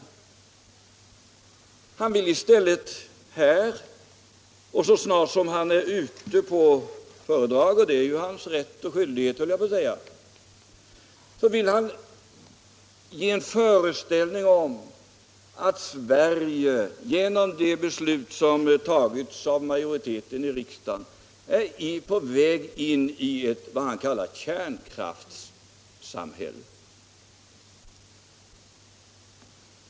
Herr Sjönell vill i stället här och så snart han är ute och håller föredrag — det är ju hans rätt och skyldighet att göra — inge en föreställning om att Sverige genom det beslut som har tagits av majoriteten i riksdagen är på väg in i vad herr Sjönell kallar kärnkraftssamhället.